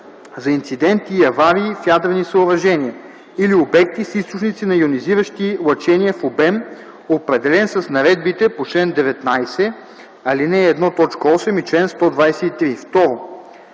за инциденти и аварии в ядрени съоръжения или обекти с източници на йонизиращи лъчения в обем, определен с наредбите по чл. 19, ал. 1, т. 8 и чл. 123;